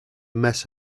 mess